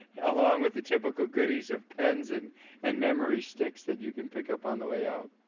along with the typical goodies of pens and and memory sticks that you can pick up on the way out.